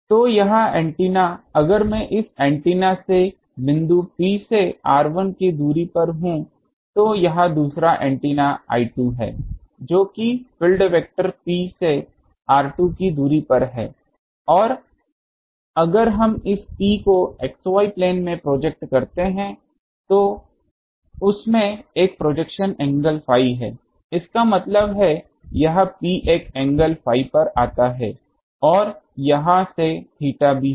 तो यह एंटीना अगर मैं इस एंटीना से बिंदु P से r1 की दूरी पर हूं तो यह दूसरा एंटीना I2 है जो कि फ़ील्ड वेक्टर P से r2 की दूरी पर है और अगर हम इस P को XY प्लेन में प्रोजेक्ट करते हैं तो उस में एक प्रोजेक्शन एंगल phi है इसका मतलब है यह P एक एंगल phi पर है और यहाँ से थीटा भी है